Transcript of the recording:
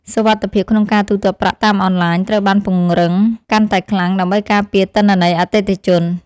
សុវត្ថិភាពក្នុងការទូទាត់ប្រាក់តាមអនឡាញត្រូវបានពង្រឹងកាន់តែខ្លាំងដើម្បីការពារទិន្នន័យអតិថិជន។